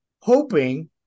hoping